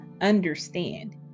understand